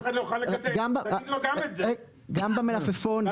גם במלפפון,